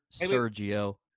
Sergio